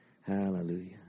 Hallelujah